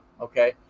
okay